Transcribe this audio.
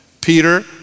Peter